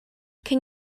can